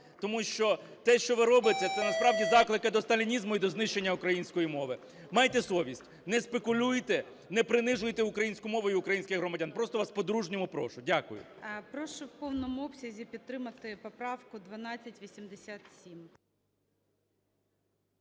Тому що те, що ви робите, це насправді заклики до сталінізму і до знищення української мови. Майте совість, не спекулюйте, не принижуйте українську мову і українських громадян. Просто вас по-дружньому прошу. Дякую. ГОЛОВУЮЧИЙ. Прошу в повному обсязі підтримати поправку 1287.